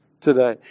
today